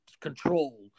control